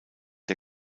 der